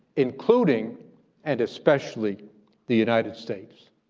including and especially the united states.